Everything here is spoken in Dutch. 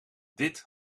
dit